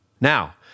Now